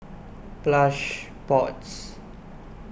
Plush Pods